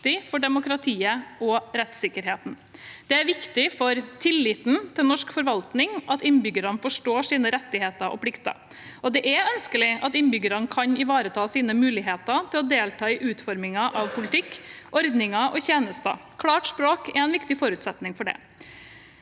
for demokratiet og rettssikkerheten. Det er viktig for tilliten til norsk forvaltning at innbyggerne forstår sine rettigheter og plikter. Det er også ønskelig at innbyggerne kan ivareta sine muligheter til å delta i utformingen av politikk, ordninger og tjenester. Klart språk er en viktig forutsetning for det.